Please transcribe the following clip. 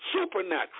supernatural